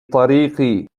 طريقي